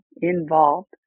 involved